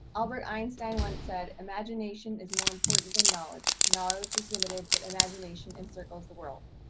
albert einstein once said imagination is more important than knowledge. knowledge is limited, but imagination encircles the world.